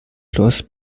läuft